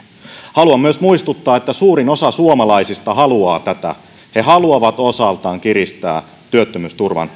haluan myös muistuttaa että suurin osa suomalaisista haluaa tätä he haluavat osaltaan kiristää työttömyysturvan